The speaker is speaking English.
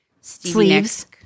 sleeves